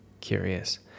Curious